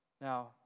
Now